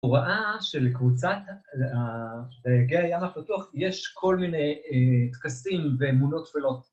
הוראה של קבוצת דייגי הים הפתוח, יש כל מיני טקסים ואמונות טפלות.